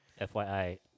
FYI